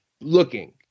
looking